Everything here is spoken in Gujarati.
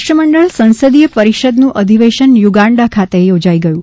રાષ્ટ્રમંડળ સંસદીય પરિષદનું અધિવેશન યુગાન્ડા ખાતે યોજાઇ ગયું